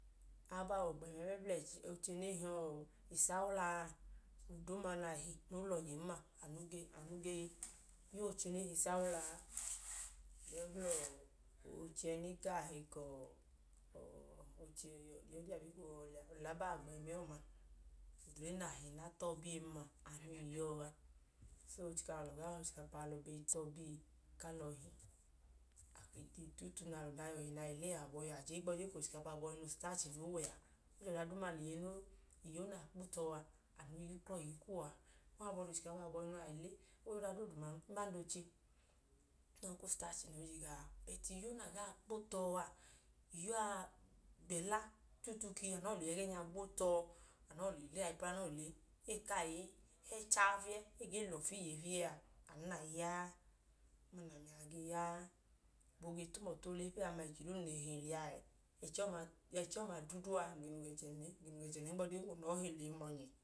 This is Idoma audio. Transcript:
Abawa ogbẹnyi mẹmla oche ne i hi isawula a. Oduuma na he noo lọhin ma, anu ge, anu ge tu oche ne ge hi isawula a. gbẹ gbla ọọ, oche ẹẹ ne kaa hi ka, oche oyọdi, abe kee i họ lẹ a? Oche o lẹ abawa gbẹmii ọma. Odre na he nẹ a tọọ biyen ma, anu i yọọ a. So o chika alọ gaa he ochikapa, alọ tọọ biye ku alọ he. A ke i tutu nẹ a lẹ ọda he nẹ a le le, awọ abọhiyuwọ a je, ohigbu ọdi ka ochikapa abọhinu usitachi noo wẹ a. O je ọda duuma lẹ iye noo, iyo nẹ a kpo tọ a, anu i yuklọ ikpiye kuwọ a. O habọ da ochikapa abọhinu, a i le, o ya ọda doodu ikpiye kuwọn. Bandẹ oche. Ohigbu ka ustachi noo i je gawọ a. Bọtu iyo na gaa kpo tọ a, iyo a, gbẹla, tutu ka anọọ lẹ iyo ẹgẹẹnya gwo tọ, anọọ le le, ayipẹ ọlẹ anọọ le le, ẹẹ i kaa i hẹ chaa fiyẹ. Ẹẹ ka i lọfu iye fiyẹ a, anu na i ya a. Anu nẹ ami a ge ya a. Abo ge tum ọtẹ oole fiyan ma, eko duu num le he liya ẹẹ, ẹchi ọma, ẹchi ọma duudu a, ng